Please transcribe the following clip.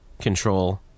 control